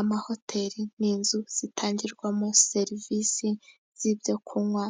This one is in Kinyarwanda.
Amahoteli ni inzu zitangirwamo serivisi z'ibyo kunywa